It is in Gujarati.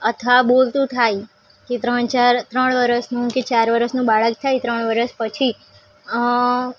અથવા બોલતું થાય કે ત્રણ ચાર ત્રણ વર્ષનું કે ચાર વર્ષનું બાળક થાય ત્રણ વર્ષ પછી